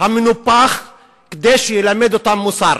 המנופח כדי שילמד אותם מוסר.